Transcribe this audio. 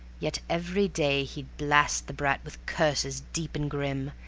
yet every day he'd blast the brat with curses deep and grim,